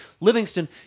Livingston